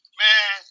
man